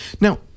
Now